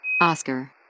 Oscar